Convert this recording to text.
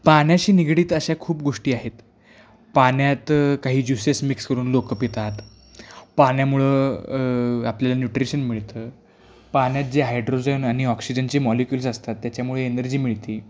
पाण्याशी निगडीत अशा खूप गोष्टी आहेत पाण्यात काही ज्युसेस मिक्स करून लोकं पितात पाण्यामुळं आपल्याला न्युट्रिशन मिळतं पाण्यात जे हायड्रोजन आणि ऑक्सिजनचे मॉलिक्युल्स असतात त्याच्यामुळे एनर्जी मिळती